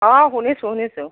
অঁ শুনিছোঁ শুনিছোঁ